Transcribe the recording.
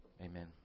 Amen